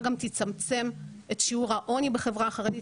גם תצמצם את שיעור העוני בחברה החרדית.